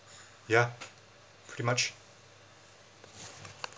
ya pretty much